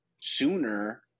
sooner